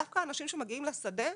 דווקא אנשים שמגיעים לשדה